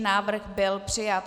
Návrh byl přijat.